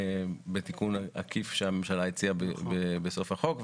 בתיקון עקיף שהממשלה הציעה בסוף החוק,